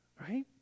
right